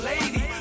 lady